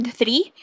three